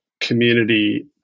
community